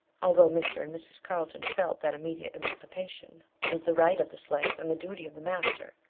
although mr. and mrs. carlton felt that immediate emancipation was the right of the slave and the duty of the master,